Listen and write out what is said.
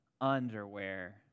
underwear